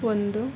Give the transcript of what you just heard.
ಒಂದು